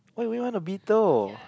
why would you want a beetle